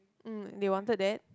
um they wanted that